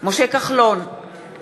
משה כחלון, נגד